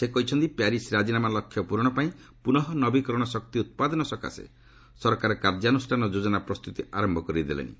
ସେ କହିଛନ୍ତି ପ୍ୟାରିସ୍ ରାଜିନାମା ଲକ୍ଷ୍ୟ ପ୍ରରଣ ପାଇଁ ପୁନଃନବିକରଣ ଶକ୍ତି ଉତ୍ପାଦନ ସକାଶେ ସରକାର କାର୍ଯ୍ୟାନୁଷ୍ଠାନ ଯୋଜନା ପ୍ରସ୍ତୁତି ଆରମ୍ଭ କରି ଦେଲାଶି